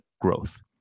growth